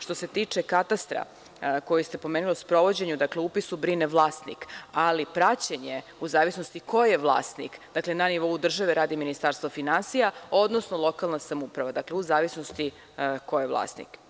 Što se tiče katastra, koji ste pomenuli, o sprovođenju, upisu brine vlasnik, ali praćenje u zavisnosti ko je vlasnik, na nivou države radi Ministarstvo finansija, odnosno lokalna samouprava, dakle, u zavisnosti ko je vlasnik.